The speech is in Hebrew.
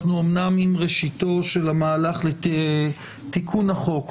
אנחנו אומנם עם ראשיתו של המהלך לתיקון החוק,